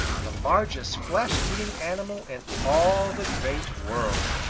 the largest flesh-eating animal in all the great world.